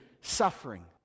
suffering